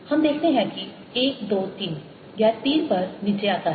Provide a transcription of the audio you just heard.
हमें देखते हैं कि 1 2 3 यह 3 पर नीचे आता है